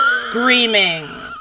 screaming